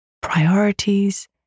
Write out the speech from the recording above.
priorities